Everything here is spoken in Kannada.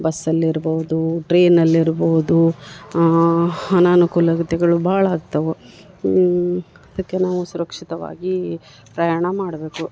ಬಸ್ಸಲ್ಲಿ ಇರ್ಬೋದು ಟ್ರೈನಲ್ಲಿ ಇರ್ಬೋದು ಅನನುಕೂಲತೆಗಳು ಭಾಳ ಆಗ್ತವೆ ಅದಕ್ಕೆ ನಾವು ಸುರಕ್ಷಿತವಾಗಿ ಪ್ರಯಾಣ ಮಾಡಬೇಕು